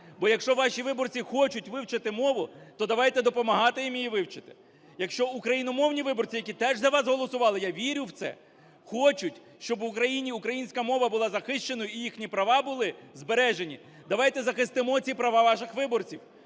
Бо якщо ваші виборці хочуть вивчити мову, то давайте допомагати їм її вивчити. Якщо україномовні виборці, які теж за вас голосували, я вірю в це, хочуть, щоб в Україні українська мова була захищеною і їхні права були збережені, давайте захистимо ці права ваших виборців.